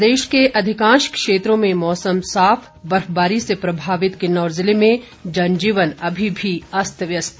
प्रदेश के अधिकांश क्षेत्रों में मौसम साफ बर्फबारी से प्रभावित किन्नौर जिले में जनजीवन अब भी अस्त व्यस्त